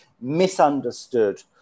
misunderstood